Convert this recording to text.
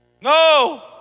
No